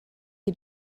you